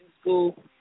school